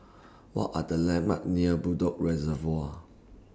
What Are The landmarks near Bedok Reservoir